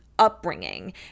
upbringing